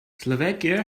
slovakia